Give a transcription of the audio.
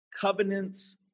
covenant's